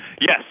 Yes